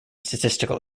statistical